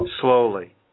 slowly